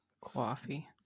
Coffee